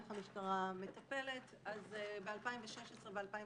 איך המשטרה מטפלת אז ב-2016 ו-2017